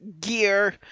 gear